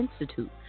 Institute